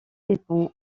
dépend